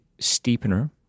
steepener